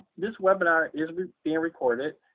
this webinar is being recorded.